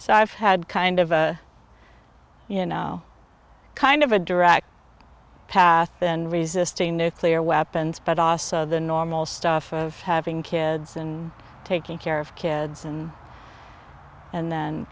i've had kind of a you know kind of a direct path and resisting nuclear weapons but the normal stuff of having kids and taking care of kids and and then